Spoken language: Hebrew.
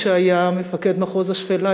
כשהיה מפקד השפלה,